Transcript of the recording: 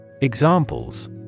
Examples